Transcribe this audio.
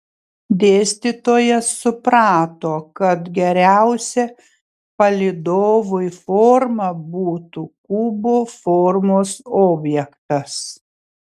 dėstytojas suprato kad geriausia palydovui forma būtų kubo formos objektas